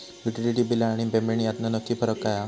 Utility बिला आणि payment यातलो नक्की फरक काय हा?